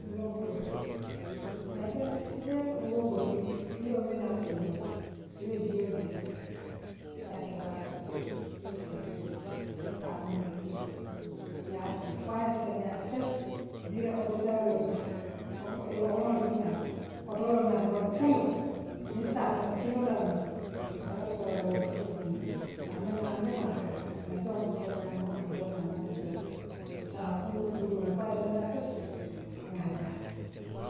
Kuuroo pur woola ŋaa ifele niŋ yee kuuroo bondi bii woo mbinaa kuurool la ibe jiioo biila yaa ke waarol kono ye siila ye faanoo bula jioo kono yaa kuu foo aye seniyaa fess bii lee ordissaweloo naata feŋko ye omool naata kotoloo nata bare kunuŋ, ňiŋ saafinoo kiliŋ dammaa nka tara sorale wola siwoo lem ňiŋu aduŋ niŋ ŋaa niŋ ŋaa soto na feŋool si seniyaa man ordissawel taa man feŋ feŋ taa nsaa kuu mbuloola foo aye seniyaa fess ŋaa jaa.